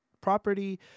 property